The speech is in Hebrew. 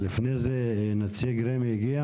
נציג רמ"י,